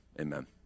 Amen